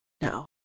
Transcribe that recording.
No